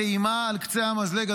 טעימה על קצה המזלג.